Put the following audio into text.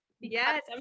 yes